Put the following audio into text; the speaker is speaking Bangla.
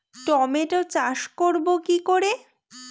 টমেটো চাষ করব কি করে?